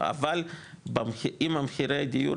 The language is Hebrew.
אבל אם מחירי הדיור,